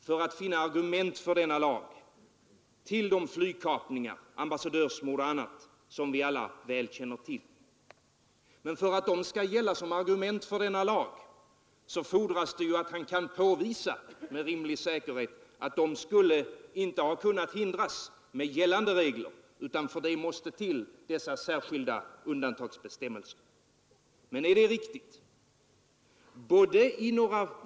För att finna argument för denna lag hänvisar statsrådet Lidbom till de flygkapningar, ambassadörsmord och annat som vi alla väl känner till. Men för att dessa händelser skall gälla som argument för denna lag fordras det att han med rimlig säkerhet kan påvisa att dessa brott inte skulle ha kunnat förhindras med gällande regler, utan att det måste skapas särskilda undantagsregler. Men är det verkligen så?